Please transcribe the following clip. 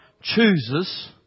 chooses